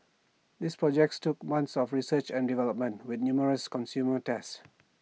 these projects took months of research and development with numerous consumer tests